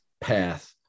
path